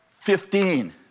fifteen